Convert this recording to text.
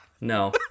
No